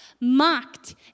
mocked